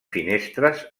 finestres